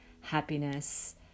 happiness